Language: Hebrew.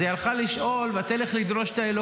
אז היא הלכה לשאול, "ותלך לדרֹש את ה'."